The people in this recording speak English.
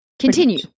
Continue